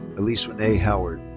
elise renee howard.